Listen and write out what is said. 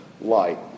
light